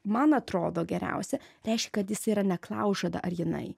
man atrodo geriausia reiškia kad jis yra neklaužada ar jinai